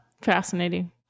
fascinating